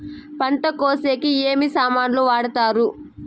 పంట కోసేకి ఏమి సామాన్లు వాడుతారు?